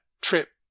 trip